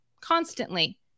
constantly